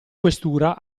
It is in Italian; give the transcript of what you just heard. questura